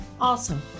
awesome